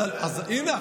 אז הינה,